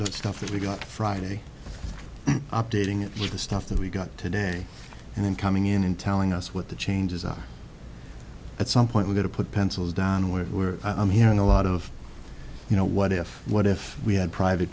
the stuff that we got friday updating it with stuff that we got today and then coming in and telling us what the changes are at some point we're going to put pencils down where we're hearing a lot of you know what if what if we had private